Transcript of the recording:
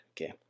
okay